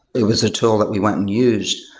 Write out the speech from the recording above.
it was a tool that we went and used.